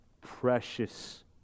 Precious